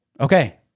Okay